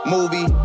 Movie